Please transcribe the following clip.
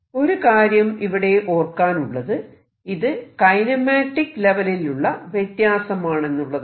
ഒരു കാര്യം ഇവിടെ ഓർക്കാനുള്ളത് ഇത് കൈനമാറ്റിക് ലെവലിലുള്ള വ്യത്യാസമാണെന്നുള്ളതാണ്